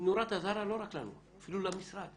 נורת אזהרה לא רק לנו, אפילו למשרד.